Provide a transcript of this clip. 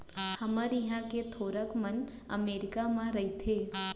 हमर इहॉं के थोरक मन अमरीका म रइथें